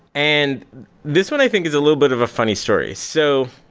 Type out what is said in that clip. and this one i think is a little bit of a funny story. so